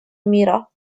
мира